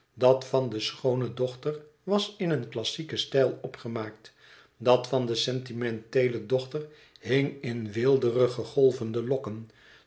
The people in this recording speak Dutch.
dat van de schoone dochter was in een classieken stijl opgemaakt dat van de sentimenteele dochter hing in weelderig golvende lokken